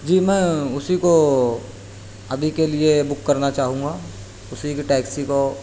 جی میں اسی کو ابھی کے لیے بک کرنا چاہوں گا اسی کی ٹیکسی کو